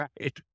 right